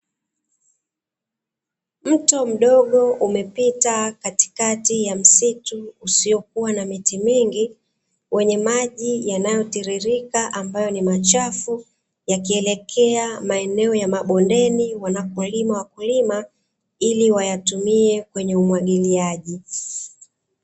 Mto mdogo umepita katikati ya msitu usiokua na miti mingi wenye maji yanayotiririka ambayo ni machafu, yakielekea maeneo ya mabondeni wanakolima wakulima, ili wayatumie kwenye umwagiliaji.